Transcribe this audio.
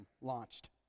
launched